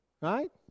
right